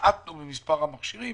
המעטנו במספר המכשירים